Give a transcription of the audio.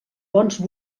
bons